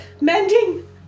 Mending